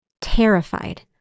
Terrified